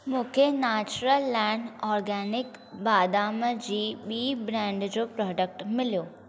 मूंखे Natureland organic बादाम जी ॿी ब्रांड जो प्रोडक्ट मिलियो